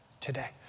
today